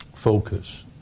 Focus